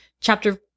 chapter